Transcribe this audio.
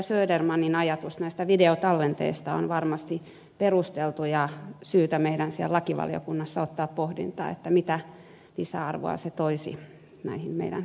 södermanin ajatus näistä videotallenteista on varmasti perusteltu ja on syytä meidän siellä lakivaliokunnassa ottaa pohdintaan mitä lisäarvoa se toisi näihin meidän käsittelyihimme